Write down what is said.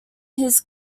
his